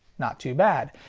not too bad,